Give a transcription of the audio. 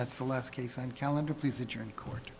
that's the last case i'm callin to please that you're in court